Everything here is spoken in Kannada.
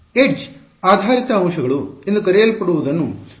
ಎಡ್ಜ್ ಆಧಾರಿತ ಅಂಶಗಳು ಎಂದು ಕರೆಯಲ್ಪಡುವದನ್ನು ವ್ಯಾಖ್ಯಾನಿಸಲು ಸಹ ಸಾಧ್ಯವಿದೆ